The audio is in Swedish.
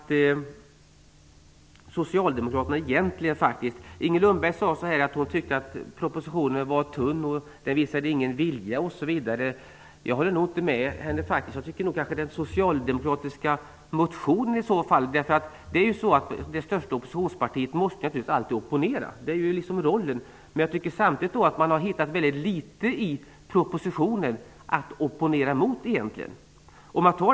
Inger Lundberg sade att hon tyckte att propositionen var tunn och inte visade någon vilja. Jag håller nog inte med henne. Jag tycker nog att det gäller den socialdemokratiska motionen i så fall. Det största oppositionspartiet måste naturligtvis alltid opponera sig. Det har ju den rollen. Men samtidigt tycker jag att de har hittat väldigt litet i propositionen att opponera sig mot egentligen.